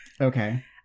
okay